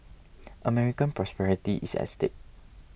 American prosperity is at stake